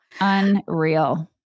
Unreal